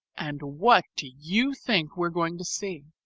and what do you think we're going to see?